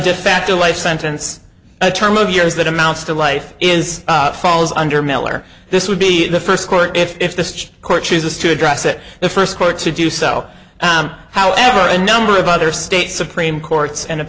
defacto life sentence a term of years that amounts to life is falls under miller this would be the first court if the court chooses to address it the first court to do so however a number of other state supreme courts and